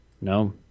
No